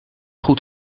goed